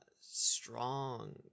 strong